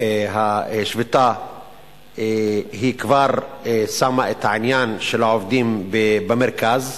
השביתה שמה את העניין של העובדים במרכז.